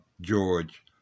George